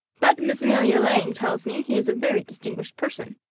but miss amelia lang tells me he is a very distinguished person,